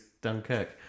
Dunkirk